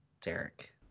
derek